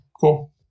cool